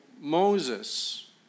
Moses